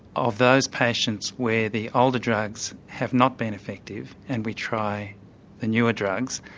of those patients where the older drugs have not been effective and we try the newer drugs,